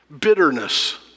bitterness